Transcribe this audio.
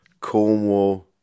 Cornwall